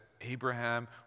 Abraham